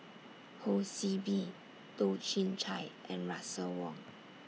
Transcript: Ho See Beng Toh Chin Chye and Russel Wong